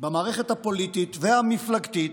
במערכת הפוליטית והמפלגתית,